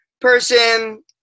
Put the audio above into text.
person